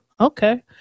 Okay